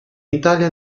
italia